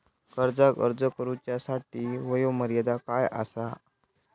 कर्जाक अर्ज करुच्यासाठी वयोमर्यादा काय आसा?